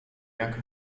jak